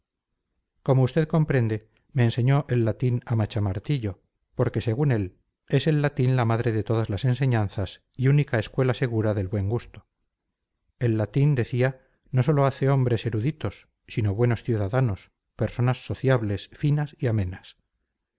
como usted comprende me enseñó el latín a machamartillo porque según él es el latín la madre de todas las enseñanzas y única escuela segura del buen gusto el latín decía no sólo hace hombres eruditos sino buenos ciudadanos personas sociables finas y amenas